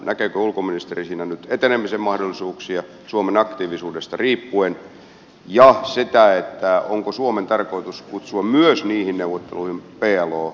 näkeekö ulkoministeri siinä nyt etenemisen mahdollisuuksia suomen aktiivisuudesta riippuen ja onko suomen tarkoitus kutsua myös niihin neuvotteluihin plo pöydän ääreen